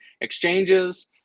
exchanges